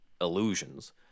illusions